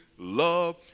love